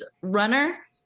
runner